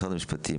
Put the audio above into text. משרד המשפטים,